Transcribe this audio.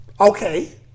okay